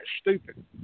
stupid